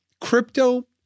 crypto